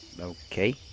Okay